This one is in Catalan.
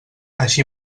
així